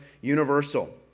universal